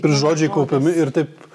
ir žodžiai kaupiami ir taip